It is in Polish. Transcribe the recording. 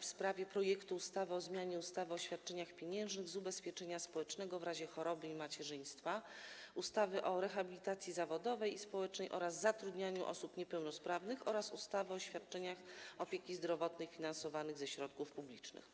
w sprawie projektu ustawy o zmianie ustawy o świadczeniach pieniężnych z ubezpieczenia społecznego w razie choroby i macierzyństwa, ustawy o rehabilitacji zawodowej i społecznej oraz zatrudnianiu osób niepełnosprawnych oraz ustawy o świadczeniach opieki zdrowotnej finansowanych ze środków publicznych.